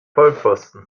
vollpfosten